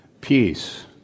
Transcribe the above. Peace